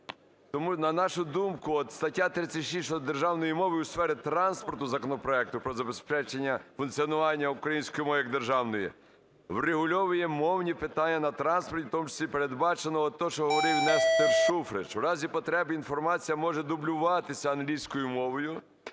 Тому на нашу думку от стаття 36 щодо державної мови у сфері транспорту законопроекту про забезпечення функціонування української мови, як державної, врегульовує мовні питання на транспорті. В тому числі передбачено те, що говорив Нестор Шуфрич. В разі потреби інформація може дублюватися англійською мовою,